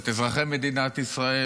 את אזרחי מדינת ישראל,